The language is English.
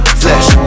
flesh